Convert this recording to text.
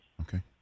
Okay